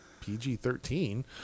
PG-13